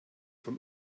von